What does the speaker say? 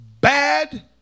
Bad